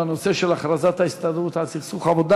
בנושא של הכרזת ההסתדרות על סכסוך עבודה